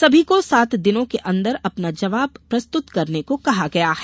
सभी को सात दिनों के अंदर अपना जबाव प्रस्तुत करने को कहा गया है